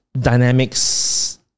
dynamics